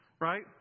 right